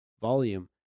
volume